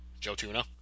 JoeTuna